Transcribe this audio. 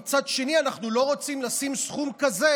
ומצד שני אנחנו לא רוצים לשים סכום כזה